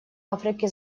африки